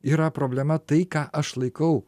yra problema tai ką aš laikau